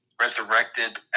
resurrected